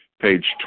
page